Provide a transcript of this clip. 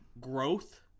growth